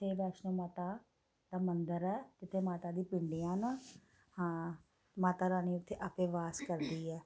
उत्थें वैष्णो माता दा मंदर ऐ इत्थें माता दियां पिंडियां न हां माता रानी उत्थें आपें वास करदी ऐ